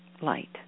light